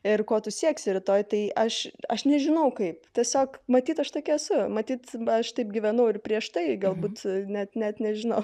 ir ko tu sieksi rytoj tai aš aš nežinau kaip tiesiog matyt aš tokia esu matyt aš taip gyvenau ir prieš tai galbūt net net nežinau